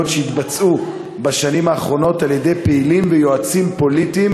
שהתבצעו בשנים האחרונות על-ידי פעילים ויועצים פוליטיים